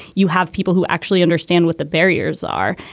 you have people who actually understand what the barriers are.